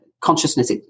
consciousness